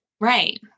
Right